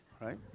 right